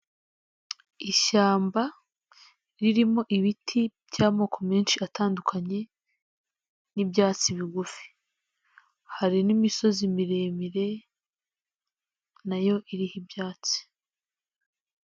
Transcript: Ishyamba ririmo ibiti by'amoko menshi atandukanye, n'ibyatsi bigufi, hari n'imisozi miremire nayo iriho ibyatsi.